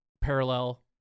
parallel